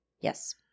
Yes